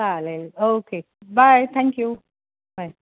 चालेल okay bye thank you bye